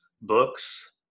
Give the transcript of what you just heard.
books